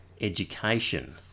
education